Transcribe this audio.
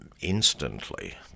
instantly